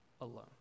alone